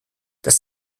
das